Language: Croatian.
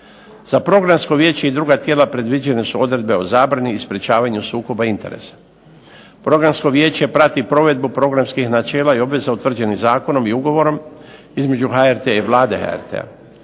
Za Programsko vijeće i druga tijela predviđene su odredbe o zabrani i sprečavanju sukoba interesa. Programsko vijeće prati provedbu programskih načela i obveza utvrđenih zakonom i Ugovorom između HRT-a i Vlade RH.